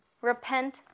Repent